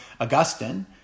Augustine